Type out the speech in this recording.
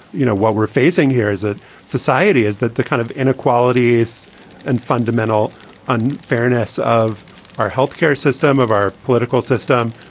you know, what we're facing here as a society is that the kind of inequalities and fundamental unfairness of our health care system, of our political system,